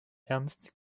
ernst